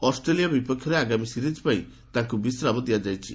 Australia ବିପକ୍ଷରେ ଆଗାମୀ series ପାଇଁ ତାଙ୍କୁ ବିଶ୍ରାମ ଦିଆଯାଇଛି